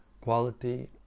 quality